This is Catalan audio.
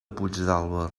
puigdàlber